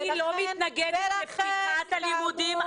אני לא מתנגדת לפתיחת הלימודים,